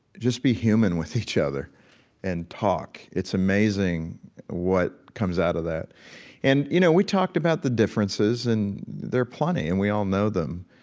just be human with each other and talk, it's amazing what comes out of that and, you know, we talked about the differences and they're plenty and we all know them.